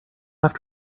have